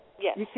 Yes